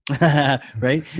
Right